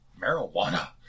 Marijuana